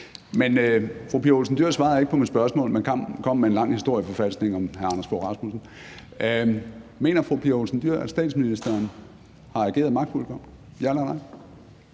Fru Pia Olsen Dyhr svarede ikke på mit spørgsmål, men kom med en lang historieforfalskning om hr. Anders Fogh Rasmussen. Mener fru Pia Olsen Dyhr, at statsministeren har ageret magtfuldkomment – ja eller nej?